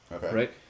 right